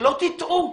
שלא תטעו,